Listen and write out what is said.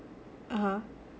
(uh huh)